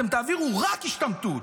אתם תעבירו רק השתמטות.